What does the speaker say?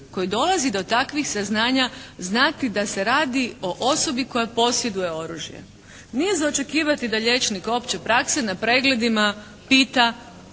koji dolazi do takvih saznanja znati da se radi o osobi koja posjeduje oružje. Nije za očekivati da liječnik opće prakse na pregledima pita